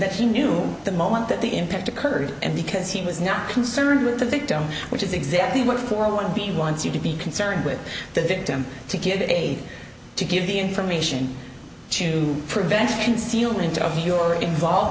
that he knew the moment that the impact occurred and because he was not concerned with the victim which is exactly what for one being wants you to be concerned with the victim to give a to give the information to prevent